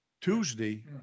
Tuesday